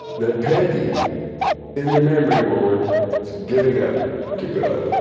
that peggy in the memory ward was giving up to god.